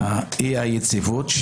אי היציבות.